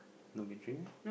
long entry meh